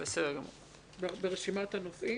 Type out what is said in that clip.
ברשימת הנושאים.